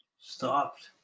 Stopped